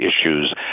issues